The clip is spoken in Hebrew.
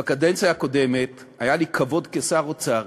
בקדנציה הקודמת היה לי כבוד, כשר האוצר,